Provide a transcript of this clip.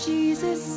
Jesus